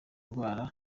ndwara